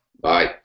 Bye